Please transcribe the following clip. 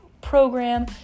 program